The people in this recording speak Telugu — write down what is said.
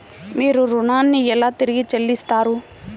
మీరు ఋణాన్ని ఎలా తిరిగి చెల్లిస్తారు?